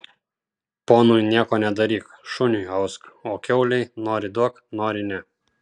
ponui nieko nedaryk šuniui ausk o kiaulei nori duok nori ne